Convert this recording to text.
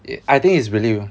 it I think it's really